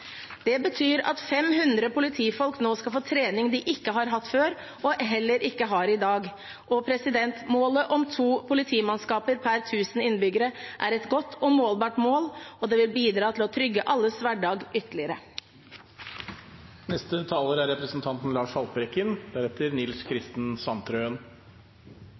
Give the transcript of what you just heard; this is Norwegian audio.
Det betyr at 500 politifolk nå skal få trening de ikke har hatt før, og heller ikke har i dag. Målet om to politimannskaper per tusen innbyggere er et godt og målbart mål, og det vil bidra til å trygge alles hverdag